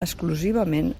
exclusivament